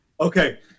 Okay